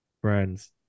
friends